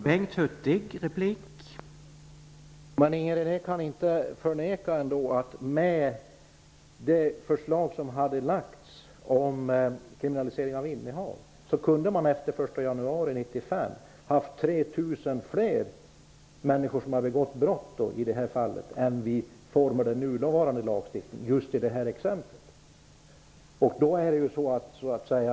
Herr talman! Ingrid René kan ändå inte förneka att med förslaget om kriminalisering av innehav kunde man efter den 1 januari 1995 ha haft 3 000 fler personer som hade begått brott än vad det blir med de nuvarande lagstiftningen.